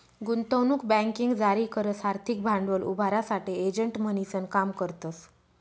गुंतवणूक बँकिंग जारी करस आर्थिक भांडवल उभारासाठे एजंट म्हणीसन काम करतस